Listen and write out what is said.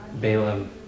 Balaam